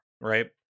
Right